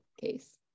case